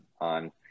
on